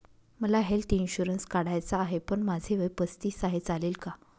मला health insurance काढायचा आहे पण माझे वय पस्तीस आहे, चालेल का?